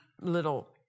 little